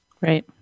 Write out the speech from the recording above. Right